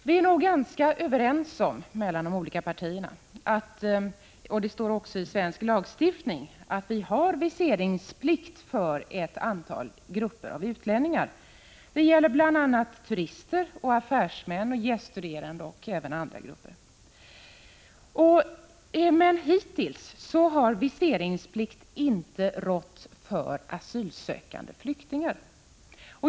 Vi är nog i de olika partierna överens om — det står också i svensk lagstiftning — att Sverige har viseringsplikt för vissa grupper av utlänningar. Det gäller turister, affärsmän, gäststuderande och andra grupper. Hittills har viseringsplikt dock inte rått för asylsökande flyktingar.